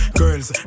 girls